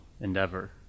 endeavor